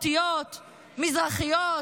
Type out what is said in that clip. מזרחיות,